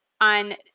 on